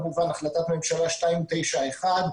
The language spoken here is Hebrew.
החלטת ממשלה 291,